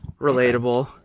relatable